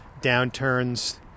downturns